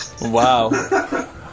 Wow